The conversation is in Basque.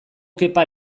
kepa